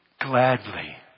Gladly